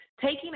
Taking